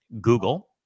Google